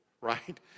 right